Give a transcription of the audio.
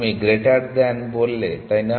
তুমি greater than বললে তাইনা